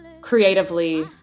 creatively